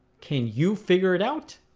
can you figure it out?